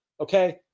Okay